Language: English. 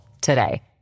today